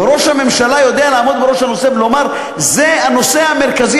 וראש הממשלה יודע לעמוד בראש הנושא ולומר: זה נושא המרכזי,